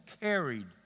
carried